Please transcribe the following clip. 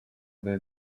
they